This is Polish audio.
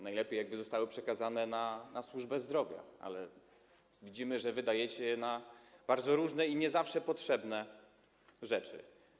Najlepiej byłoby, gdyby zostały przekazane na służbę zdrowia, ale widzimy, że wydajecie je na bardzo różne i nie zawsze potrzebne rzeczy.